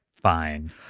Fine